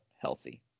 healthy